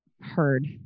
heard